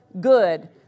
good